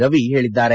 ರವಿ ಹೇಳಿದ್ದಾರೆ